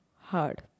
hard